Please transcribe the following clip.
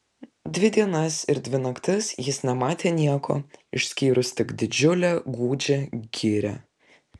dvi dienas ir dvi naktis jis nematė nieko išskyrus tik didžiulę gūdžią girią